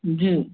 जी